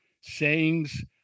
sayings